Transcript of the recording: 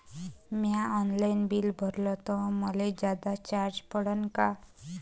म्या online bill भरलं तर मले जादा चार्ज पडन का?